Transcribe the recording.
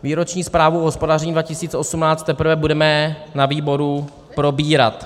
Výroční zprávu o hospodaření 2018 teprve budeme na výboru probírat.